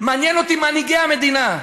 מעניינים אותי מנהיגי המדינה.